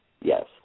Yes